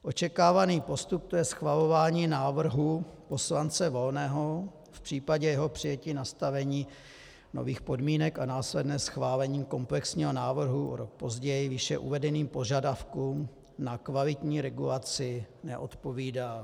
Očekávaný postup, tj. schvalování návrhu poslance Volného, v případě jeho přijetí nastavení nových podmínek a následné schválení komplexního návrhu o rok později, výše uvedeným požadavkům na kvalitní regulaci neodpovídá.